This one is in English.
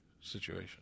situation